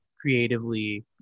creatively